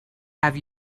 have